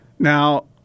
Now